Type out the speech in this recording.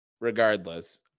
regardless